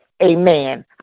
amen